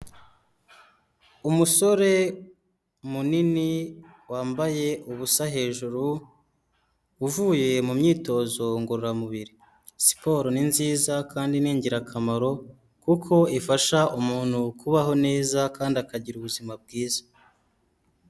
Umusore munini wambaye ubusa hejuru uvuye mu myitozo ngororamubiri, siporo ni nziza kandi ni ingirakamaro kuko ifasha umuntu kubaho neza kandi akagira ubuzima bwiza.